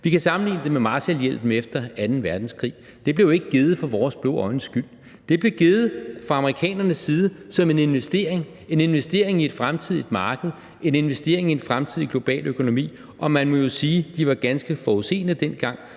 Vi kan sammenligne det med Marshallhjælpen efter anden verdenskrig. Den blev ikke givet for vores blå øjnes skyld. Den blev givet fra amerikanernes side som en investering i et fremtidigt marked, en investering i en fremtidig global økonomi, og man må jo sige, at de var ganske forudseende dengang,